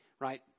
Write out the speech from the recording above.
right